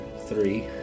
three